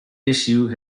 issue